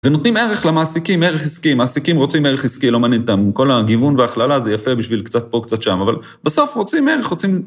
ונותנים ערך למעסיקים, ערך עסקי, מעסיקים רוצים ערך עסקי, לא מעניין אותם, כל הגיוון וההכללה זה יפה בשביל קצת פה, קצת שם, אבל בסוף רוצים ערך, רוצים...